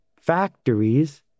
factories